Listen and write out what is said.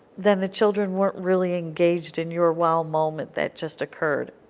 then the children weren't really engaged in your wow moment that just occurred.